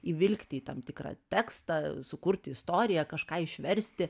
įvilkti į tam tikrą tekstą sukurti istoriją kažką išversti